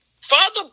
Father